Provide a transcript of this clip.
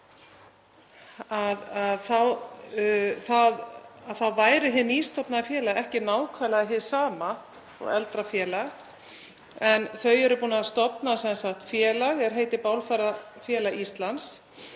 þá væri hið nýstofnaða félag ekki nákvæmlega hið sama og eldra félag — þau eru búin að stofna félag er heitir Bálfarafélag Íslands